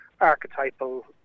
archetypal